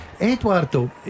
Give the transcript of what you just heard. Eduardo